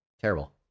Terrible